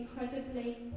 incredibly